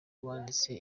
wanditse